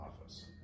office